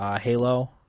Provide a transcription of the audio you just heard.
Halo